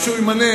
אז שהוא יתמנה,